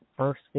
First